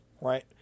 right